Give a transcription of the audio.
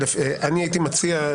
הייתי מציע,